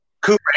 Cooper